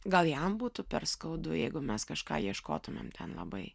gal jam būtų per skaudu jeigu mes kažką ieškotumėm ten labai